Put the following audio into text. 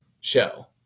show